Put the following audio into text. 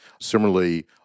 Similarly